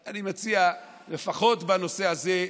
אני מציע, לפחות בנושא הזה,